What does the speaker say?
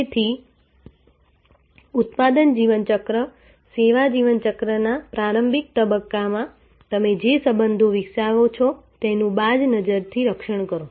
તેથી ઉત્પાદન જીવન ચક્ર સેવા જીવન ચક્રના પ્રારંભિક તબક્કામાં તમે જે સંબંધો વિકસાવો છો તેનું બાજ નજરથી રક્ષણ કરો